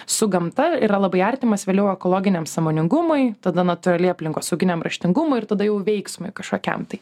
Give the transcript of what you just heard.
su gamta yra labai artimas vėliau ekologiniam sąmoningumui tada natūraliai aplinkosauginiam raštingumui ir tada jau veiksmui kažkokiam tai